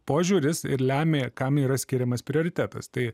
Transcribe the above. požiūris ir lemia kam yra skiriamas prioritetas tai